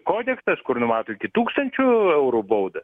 kodeksas kur numato iki tūkstančių eurų baudą